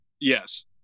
Yes